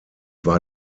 war